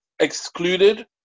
Excluded